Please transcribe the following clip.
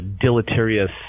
deleterious